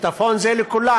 שיטפון זה לכולם,